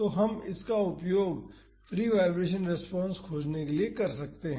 तो हम इसका उपयोग फ्री वाईब्रेशन रेस्पॉन्स खोजने के लिए कर सकते हैं